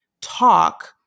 talk